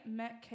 met